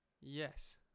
Yes